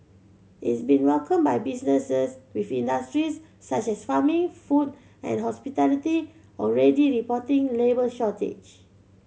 is been welcomed by businesses with industries such as farming food and hospitality already reporting labour shortages